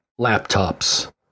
laptops